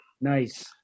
Nice